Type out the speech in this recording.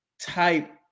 type